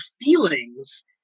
feelings